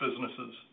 businesses